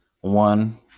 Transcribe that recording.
One